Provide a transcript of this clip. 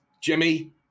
Jimmy